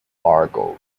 argos